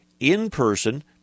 in-person